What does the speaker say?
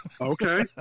Okay